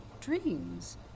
Dreams